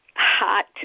Hot